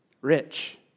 Rich